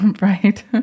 right